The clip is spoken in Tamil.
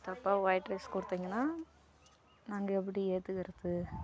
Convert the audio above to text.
தப்பாக ஒய்ட் ரைஸ் கொடுத்திங்கன்னா நாங்கள் எப்படி ஏற்றுக்குறது